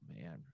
man